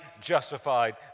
justified